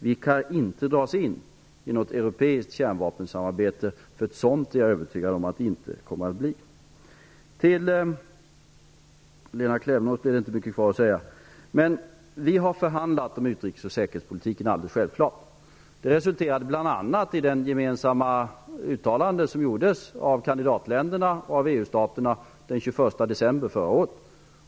Vi kan inte dras in i något europeiskt kärnvapensamarbete, för ett sådant är jag övertygad om att det inte kommer att bli. Vi har alldeles självklart förhandlat om utrikes och säkerhetspolitiken. Det resulterade bl.a. i det gemensamma uttalande som gjordes av kandidatländerna och EU-staterna den 21 december förra året.